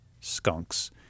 skunks